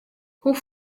hoe